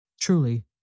Truly